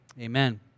Amen